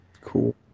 Cool